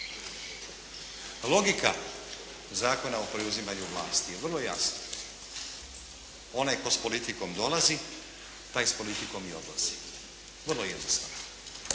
Logika Zakona o preuzimanju vlasti je vrlo jasna. Onaj tko s politikom dolazi, taj s politikom i odlazi. Vrlo jednostavno.